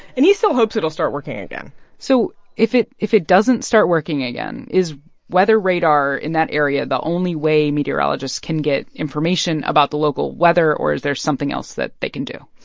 and he still hopes it'll start working again so if it if it doesn't start working again, is weather radar in that area the only way meteorologists can get information about the local weather, or is there something else that they can do?